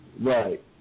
Right